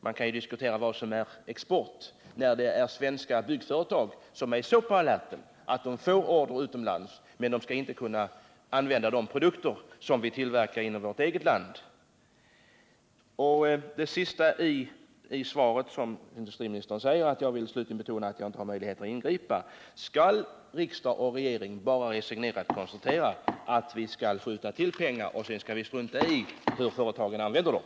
Man kan ju diskutera vad som är export, men när svenska byggföretag är så på alerten att de får order utomlands är det beklagligt att de inte skall kunna använda produkter som tillverkas i vårt eget land. Den sista delen av industriministerns svar löd på följande sätt: ”Jag vill slutligen betona att jag inte har några möjligheter att ingripa ———.” Jag vill då fråga: Skall riksdag och regering bara resignerat konstatera att vi skall skjuta till pengar och sedan strunta i hur företagen använder dem?